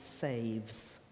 saves